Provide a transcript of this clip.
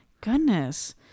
Goodness